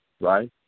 Right